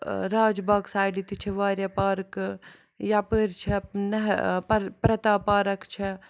راج باغ سایڈٕ تہِ چھِ واریاہ پارکہٕ یَپٲرۍ چھےٚ پرٛتا پارک چھےٚ